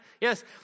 Yes